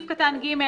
המילים בסעיף קטן (ג):